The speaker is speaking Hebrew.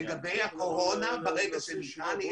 לגבי הקורונה, ברגע שיהיה ניתן,